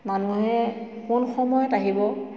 মানুহে কোন সময়ত আহিব